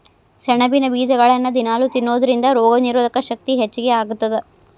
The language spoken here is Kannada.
ಸೆಣಬಿನ ಬೇಜಗಳನ್ನ ದಿನಾಲೂ ತಿನ್ನೋದರಿಂದ ರೋಗನಿರೋಧಕ ಶಕ್ತಿ ಹೆಚ್ಚಗಿ ಆಗತ್ತದ